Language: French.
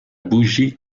bougie